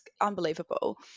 unbelievable